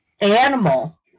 animal